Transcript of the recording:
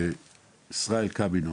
ישראל קמינר